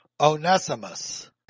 Onesimus